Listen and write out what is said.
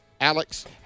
Alex